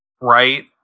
right